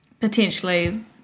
potentially